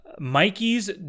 Mikey's